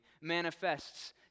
manifests